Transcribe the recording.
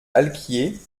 alquier